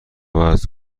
وزن